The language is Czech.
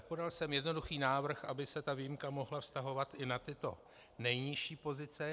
Podal jsem jednoduchý návrh, aby se výjimka mohla vztahovat i na tyto nejnižší pozice.